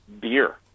Beer